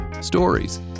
Stories